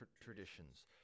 traditions